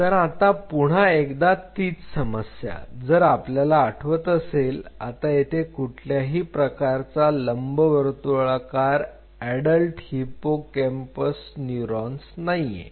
तर आता पुन्हा एकदा तीच समस्या जर आपल्याला आठवत असेल आता येथे कुठल्याही प्रकारचा लंबवर्तुळाकार अडल्ट हिपोकॅम्पस न्यूरॉन नाहीये